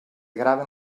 graven